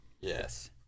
Yes